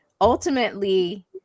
Ultimately